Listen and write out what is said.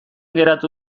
geratu